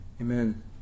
Amen